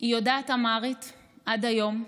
היא יודעת אמהרית עד היום.